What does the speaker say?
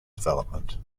development